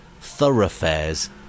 thoroughfares